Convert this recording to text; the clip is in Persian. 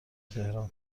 تهران